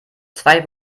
zwei